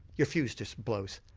your fuse just blows.